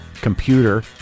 computer